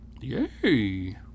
Yay